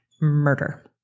murder